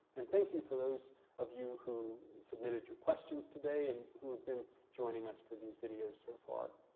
and thank you for those of you who submitted your questions today and who have been joining us for these videos so far.